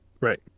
Right